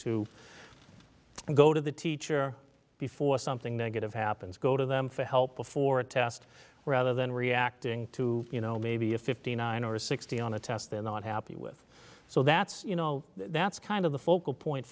to go to the teacher before something negative happens go to them for help before a test rather than reacting to you know maybe a fifty nine or a sixty on a test they're not happy with so that's you know that's kind of the focal point